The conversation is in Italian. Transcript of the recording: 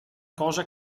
cosa